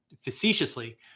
facetiously